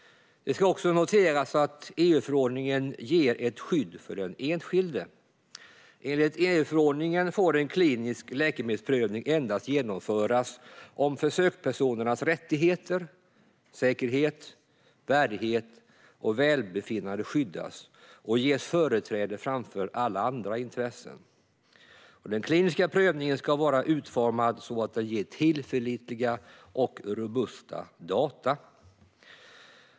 Det ska också noteras att EU-förordningen ger ett skydd för den enskilde. Enligt EU-förordningen får en klinisk läkemedelsprövning endast genomföras om försökspersonernas rättigheter, säkerhet, värdighet och välbefinnande skyddas och ges företräde framför alla andra intressen. Den kliniska prövningen ska vara utformad så att den ger tillförlitliga och robusta data.